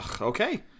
okay